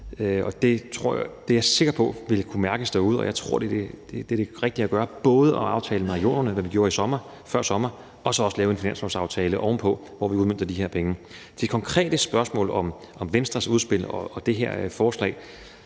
det er jeg sikker på vil kunne mærkes derude, og jeg tror, det er det rigtige at gøre – både at lave en aftale med regionerne, hvad vi gjorde før sommer, og så også lave en finanslovsaftale ovenpå, hvor vi udmønter de her penge. Med hensyn til det konkrete spørgsmål om Venstres udspil og det her forslag